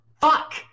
Fuck